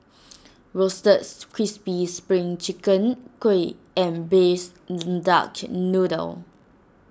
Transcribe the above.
Roasted Crispy Spring Chicken Kuih and Braised Duck Noodle